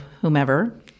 whomever